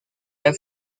del